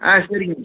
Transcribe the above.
ஆ சரிங்க